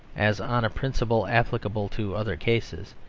as on a principle applicable to other cases,